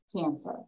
cancer